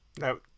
No